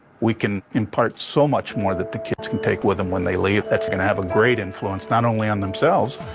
we can impart so much more that the kids can take with them when they leave that's going to have a great influence not only on themselves,